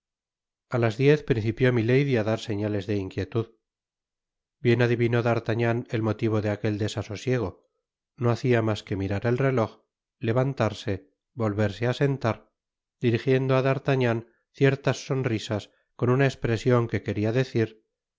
a las diez principió milady á dar señales de inquietud bien adivinó d'artagnan el motivo de aquel desasosiego no hacia mas que mirar el reloj levantarse volverse á sentar dirigiendo á d'artagnan ciertas sonrisas con una espresion que quería decir